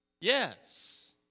Yes